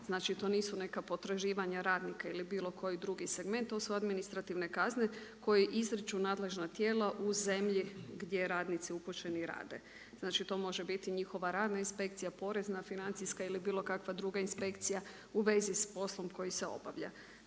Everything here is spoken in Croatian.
znači to nisu neka potraživanja radnika ili bilo koji drugi segment, to su administrativne kazne koje izriču nadležna tijela u zemlju gdje radnici upućeni rade. Znači to može biti njihova radna inspekcija, porezna, financijska ili bilo kakva druga inspekcija u vezi s poslom koji se obavlja.